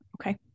Okay